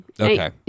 okay